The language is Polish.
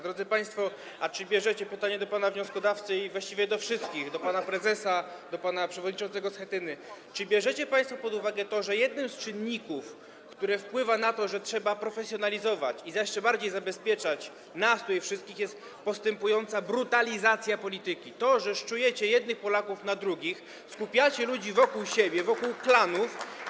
Drodzy państwo - pytanie do pana wnioskodawcy, a właściwie do wszystkich, do pana prezesa, do pana przewodniczącego Schetyny - czy bierzecie państwo pod uwagę to, że jednym z czynników, które wpływają na to, że trzeba to profesjonalizować i jeszcze bardziej zabezpieczać nas wszystkich tutaj, jest postępująca brutalizacja polityki, jest to, że szczujecie jednych Polaków na drugich, skupiacie ludzi wokół siebie, wokół klanów?